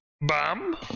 Bomb